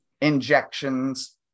injections